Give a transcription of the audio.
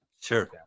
Sure